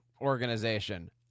organization